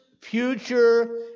future